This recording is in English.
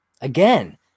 again